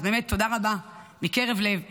אז באמת, תודה רבה מקרב לב לך,